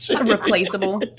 replaceable